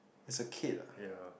there's a kid lah